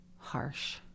Harsh